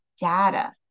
data